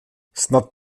snad